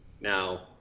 Now